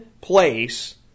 place